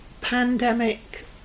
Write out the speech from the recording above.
pandemic